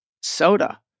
soda